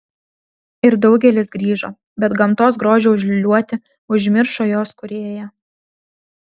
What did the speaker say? ir daugelis grįžo bet gamtos grožio užliūliuoti užmiršo jos kūrėją